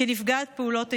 כנפגעת פעולת איבה.